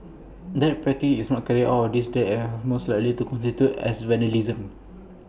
that practice is not carried out these days as IT most likely constitutes as vandalism